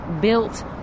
built